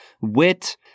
wit